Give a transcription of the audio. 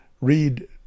Read